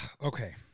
Okay